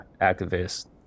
activists